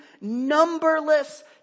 numberless